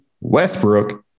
Westbrook